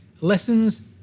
Lessons